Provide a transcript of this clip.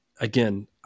again